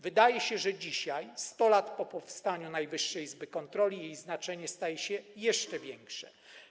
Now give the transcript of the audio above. Wydaje się, że dzisiaj, 100 lat po powstaniu Najwyższej Izby Krajowej, jej znaczenie staje się jeszcze większe.